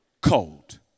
cold